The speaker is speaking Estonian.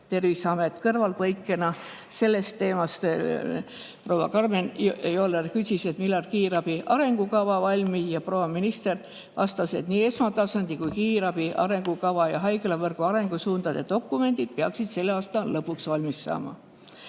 Terviseamet. Kõrvalepõikena sellest teemast küsis proua Karmen Joller, et millal kiirabi arengukava valmib, ja proua minister vastas, et nii esmatasandi kui ka kiirabi arengukava ja haiglavõrgu arengusuundade dokumendid peaksid selle aasta lõpuks valmis saama.